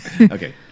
Okay